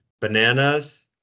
bananas